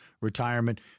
retirement